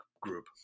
group